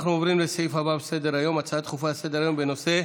נעבור להצעות לסדר-היום בנושא: